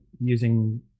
using